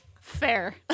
Fair